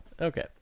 Okay